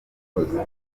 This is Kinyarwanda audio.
twabikoze